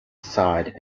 side